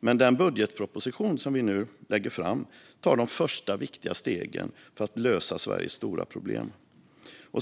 Men den budgetproposition vi nu lägger fram tar de första viktiga stegen för att lösa Sveriges stora problem.